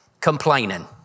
complaining